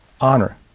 honor